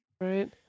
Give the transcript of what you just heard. Right